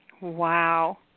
Wow